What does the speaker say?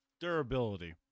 durability